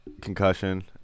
concussion